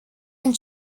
and